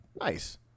Nice